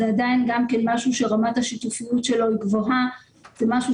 זה עדיין משהו שרמת השיתופיות שלו היא גבוהה וזה משהו